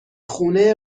خونه